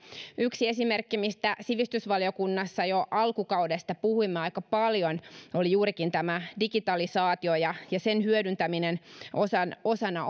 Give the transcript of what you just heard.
yksi esimerkki mistä sivistysvaliokunnassa jo alkukaudesta puhuimme aika paljon oli juurikin tämä digitalisaatio ja ja sen hyödyntäminen osana osana